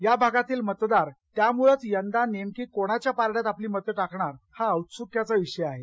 या भागातील मतदार त्यामुळंच यंदा नेमकी कोणाच्या पारड्यात आपली मतं टाकणार हा औत्सुक्याचा विषय आहे